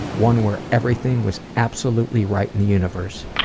one where everything was absolutely right in the universe,